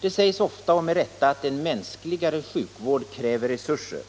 Det sägs ofta och med rätta en ”mänskligare” sjukvård kräver resurser.